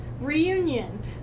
Reunion